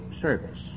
service